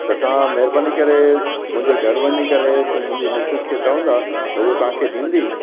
त तव्हां महिरबानी करे मुंहिंजे घर वञी करे त मुंहिंजी मिसिस के चवंदा त हूअ तव्हांखे ॾींदी